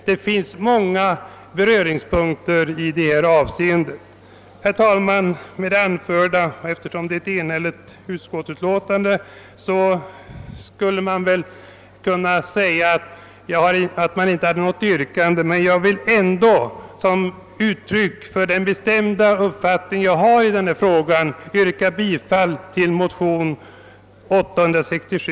Det finns många beröringspunkter i detta avseende. Herr talman! Eftersom utskottsutlåtandet är enhälligt skulle jag väl kunna avstå från att framställa något yrkande, men jag hemställer ändå — som uttryck för den bestämda uppfattning jag har i denna fråga — om bifall till motionen II: 867.